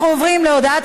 אנחנו עוברים להודעת